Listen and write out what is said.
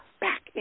back